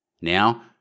Now